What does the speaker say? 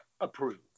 approved